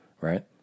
right